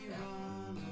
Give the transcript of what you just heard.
run